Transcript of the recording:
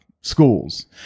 schools